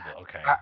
okay